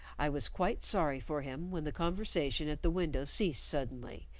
i was quite sorry for him when the conversation at the window ceased suddenly,